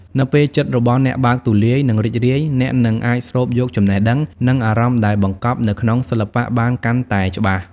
នៅពេលចិត្តរបស់អ្នកបើកទូលាយ និងរីករាយ អ្នកនឹងអាចស្រូបយកចំណេះដឹង និងអារម្មណ៍ដែលបង្កប់នៅក្នុងសិល្បៈបានកាន់តែច្បាស់។